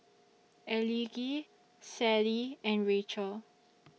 Elige Sallie and Rachel